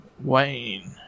Wayne